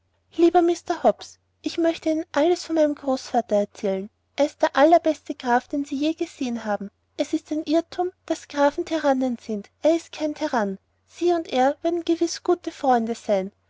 lieber mr hobbs ich möchte ihnen alles von meinem großvater erzählen er ist der allerbeste graf den sie je gesehen haben es ist ein irdum das grafen tiranen sind er ist gar kein tiran sie und er würden gewis gute freunde sein